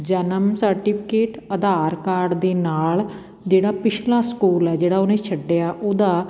ਜਨਮ certificate Aadhaar card ਦੇ ਨਾਲ ਜਿਹੜਾ ਪਿਛਲਾ ਸਕੂਲ ਹੈ ਜਿਹੜਾ ਉਹਨੇ ਛੱਡਿਆ ਉਹਦਾ